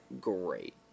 great